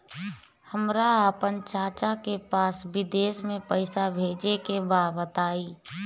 हमरा आपन चाचा के पास विदेश में पइसा भेजे के बा बताई